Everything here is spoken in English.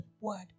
word